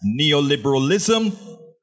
Neoliberalism